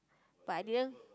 but I didn't